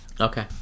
Okay